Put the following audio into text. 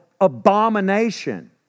abomination